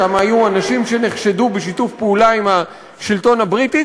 שבו היו אנשים שנחשדו בשיתוף פעולה עם השלטון הבריטי.